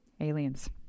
aliens